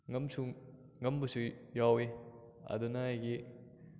ꯉꯝꯁꯨ ꯉꯝꯕꯁꯨ ꯌꯥꯎꯏ ꯑꯗꯨꯅ ꯑꯩꯒꯤ